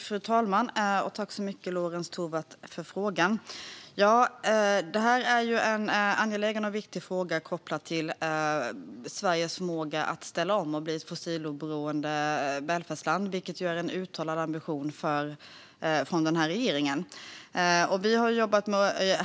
Fru talman! Tack, Lorentz Tovatt, för frågan! Detta är en angelägen och viktig fråga med koppling till Sveriges förmåga att ställa om och bli ett fossiloberoende välfärdsland, vilket ju är en uttalad ambition från regeringen.